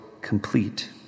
complete